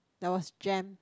there was jam